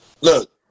Look